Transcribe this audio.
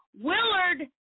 Willard